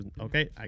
okay